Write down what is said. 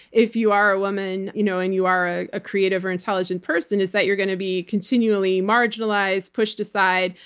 if you are a woman you know and you are a a creative or intelligent person, is that you're going to be continually marginalized, pushed aside,